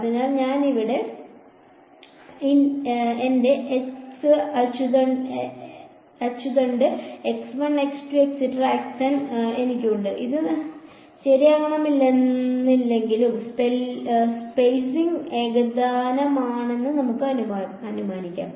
അതിനാൽ ഇതാണ് ഇവിടെ എന്റെ x അച്ചുതണ്ട് എനിക്കുണ്ട് അത് ശരിയാകണമെന്നില്ലെങ്കിലും സ്പെയ്സിംഗ് ഏകതാനമാണെന്ന് നമുക്ക് അനുമാനിക്കാം